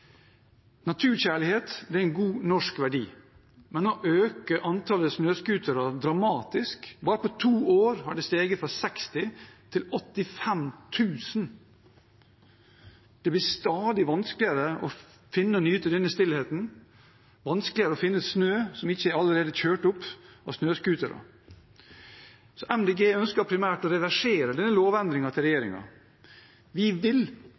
Naturkjærlighet er en god norsk verdi, men ved å øke antallet snøscootere dramatisk – bare på to år har det steget fra 60 000 til 85 000 – blir det stadig vanskeligere å finne og nyte denne stillheten, vanskeligere å finne snø som ikke allerede er kjørt opp av snøscootere. MDG ønsker primært å reversere regjeringens lovendring. Vi vil